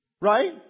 Right